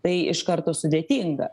tai iš karto sudėtinga